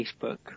Facebook